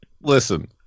Listen